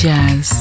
Jazz